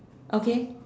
okay